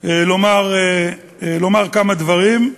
לומר כמה דברים.